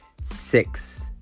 six